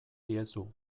diezu